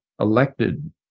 elected